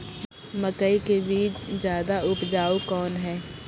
मकई के बीज ज्यादा उपजाऊ कौन है?